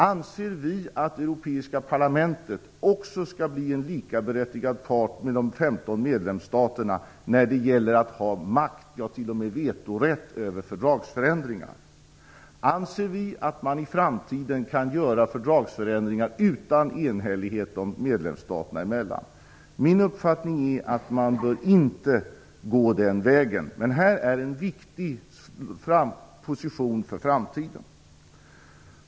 Anser vi att det europeiska parlamentet också skall bli en likaberättigad part med de 15 medlemsstaterna när det gäller att ha makt, och t.o.m. vetorätt, över fördragsförändringar? Anser vi att man i framtiden kan göra fördragsförändringar utan enhällighet medlemsstaterna emellan? Min uppfattning är att man inte bör gå den vägen. Men detta är en viktigt position för framtiden.